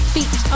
Feet